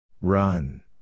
Run